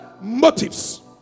motives